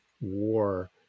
war